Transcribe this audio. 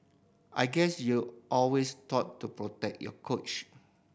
I guess you're always taught to protect your coach